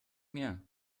mehr